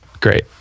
great